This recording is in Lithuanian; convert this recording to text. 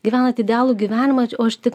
gyvenat idealų gyvenimą o aš tik